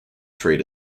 trade